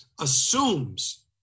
assumes